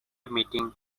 meeting